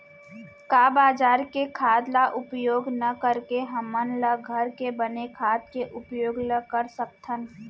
का बजार के खाद ला उपयोग न करके हमन ल घर के बने खाद के उपयोग ल कर सकथन?